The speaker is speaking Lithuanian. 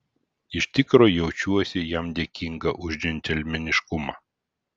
iš tikro jaučiuosi jam dėkinga už džentelmeniškumą